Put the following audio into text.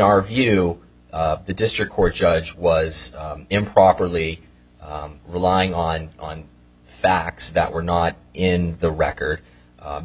our view the district court judge was improperly relying on on facts that were not in the record